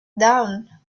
down